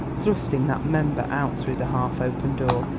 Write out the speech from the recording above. thrusting that member out through the half-open door.